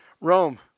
Rome